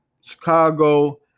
Chicago